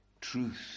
truth